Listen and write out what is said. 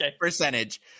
percentage